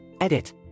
Edit